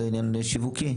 זה עניין שיווקי.